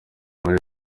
muri